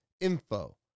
info